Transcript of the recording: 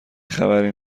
خبری